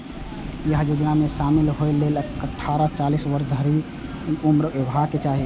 अय योजना मे शामिल होइ लेल अट्ठारह सं चालीस वर्ष धरि उम्र हेबाक चाही